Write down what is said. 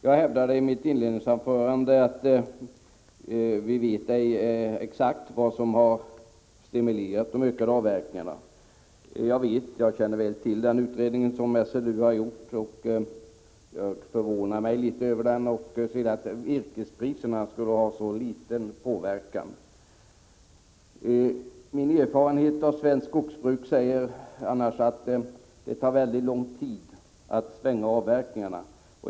Jag hävdade i mitt inledningsanförande att vi inte vet exakt vad som stimulerat till de ökade avverkningarna. Jag känner mycket väl till den utredning som SLU har gjort. Jag förvånar mig litet över den, t.ex. över att virkespriserna skulle ha en så liten påverkan. Min erfarenhet från svenskt skogsbruk säger annars att det tar en väldigt lång tid att ändra avverkningarna.